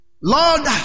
Lord